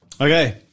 Okay